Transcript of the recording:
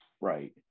Right